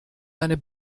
eine